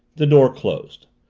the door closed.